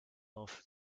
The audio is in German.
auf